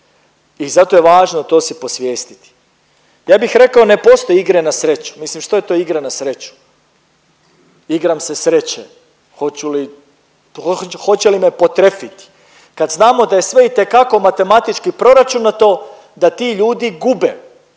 i zato je važno to si posvijestiti. Ja bih rekao ne postoje igre na sreću, mislim što je to igra na sreću, igram se sreće hoću li, hoće li me potrefit kad znamo da je sve itekako matematički proračunato da ti ljudi gube.